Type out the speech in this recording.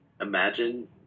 Imagine